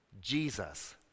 Jesus